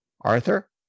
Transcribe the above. Arthur